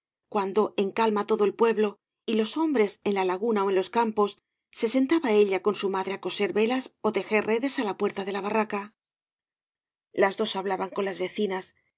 cuando en calma todo el pueblo y los hombres en la laguna ó en los campos se sentaba ella con bu madre á coser velas ó tejer redes á la puerta de la barraca las dos hablaban con las vecinas